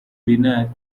beneath